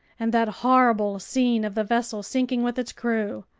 and that horrible scene of the vessel sinking with its crew!